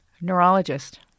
Neurologist